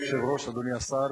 אדוני היושב-ראש, אדוני השר,